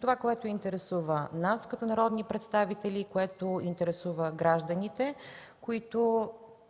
Това, което интересува нас като народни представители и интересува гражданите,